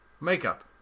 makeup